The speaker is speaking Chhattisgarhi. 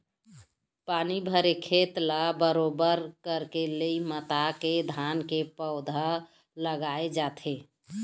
पानी भरे खेत ल बरोबर लई मता के धान के पउधा ल लगाय जाथे